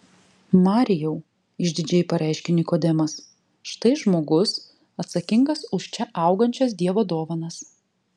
marijau išdidžiai pareiškė nikodemas štai žmogus atsakingas už čia augančias dievo dovanas